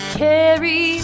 carry